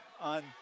on